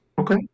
Okay